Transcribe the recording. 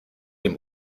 dem